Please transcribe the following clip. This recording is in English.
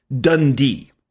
Dundee